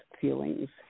feelings